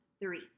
three